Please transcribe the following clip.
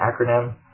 acronym